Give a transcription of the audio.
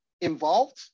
involved